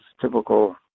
typical